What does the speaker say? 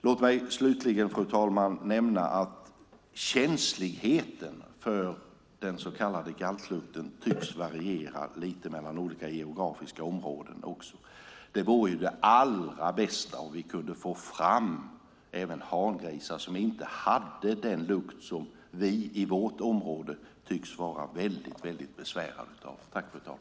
Avslutningsvis vill jag nämna att känsligheten för den så kallade galtlukten tycks variera mellan geografiska områden. Det allra bästa vore om vi kunde få fram hangrisar som inte har den lukt som vi i vårt område tycks vara väldigt besvärade av.